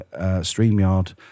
StreamYard